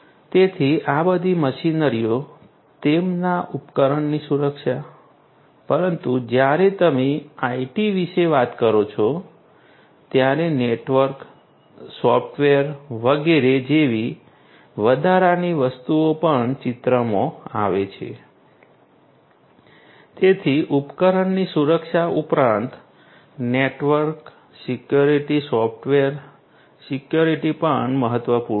તેથી આ બધી મશીનરીઓ તેમના ઉપકરણની સુરક્ષા પરંતુ જ્યારે તમે IT વિશે વાત કરો છો ત્યારે નેટવર્ક સોફ્ટવેર વગેરે જેવી વધારાની વસ્તુઓ પણ ચિત્રમાં આવે છે તેથી ઉપકરણની સુરક્ષા ઉપરાંત નેટવર્ક સિક્યોરિટી સોફ્ટવેર સિક્યુરિટી પણ મહત્વપૂર્ણ છે